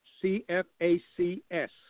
C-F-A-C-S